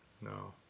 No